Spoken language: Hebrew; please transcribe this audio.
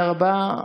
תודה רבה.